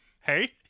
Hey